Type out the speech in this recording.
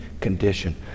condition